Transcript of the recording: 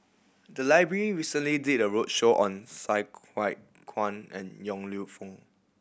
the library recently did a roadshow on Sai Hua Kuan and Yong Lew Foong